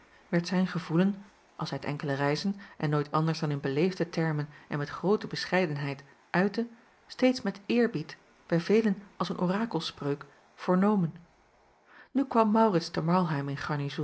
werd zijn gevoelen als hij het enkele reizen en nooit anders dan in beleefde termen en met groote bescheidenheid uitte steeds met eerbied bij velen als een orakelspreuk vernomen nu kwam maurits te